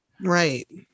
Right